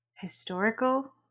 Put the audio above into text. historical